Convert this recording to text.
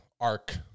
arc